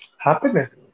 Happiness